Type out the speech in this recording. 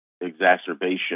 exacerbation